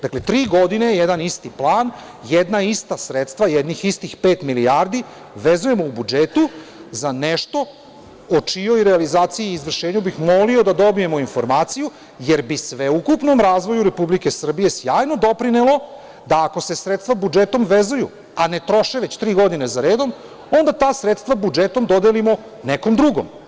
Dakle, tri godine jedan isti plan, jedna ista sredstva, jednih istih pet milijardi vezujemo u budžetu za nešto o čijoj realizaciji i izvršenju bih molio da dobijemo informaciju, jer bi sveukupnom razvoju Republike Srbije sjajno doprinelo da ako se sredstva budžetom vezuju, a ne troše već tri godine za redom, onda ta sredstva budžetom dodelimo nekom drugom.